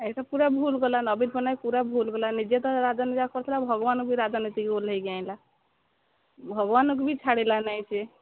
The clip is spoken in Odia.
ଏଇତ ପୁରା ଭୁଲ କଲା ନବୀନ ପଟ୍ଟନାୟକ ପୁରା ଭୁଲ୍ କଲା ନିଜେ ତ ରାଜନୀତି ଯାହା କରୁଥିଲା ଭଗବାନକୁ ବି ରାଜନୀତିକୁ ଓହ୍ଲେଇକି ଆଇଁଲା ଭଗବାନକୁ ବି ଛାଡ଼ିଲା ନାହିଁ ସିଏ